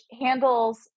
handles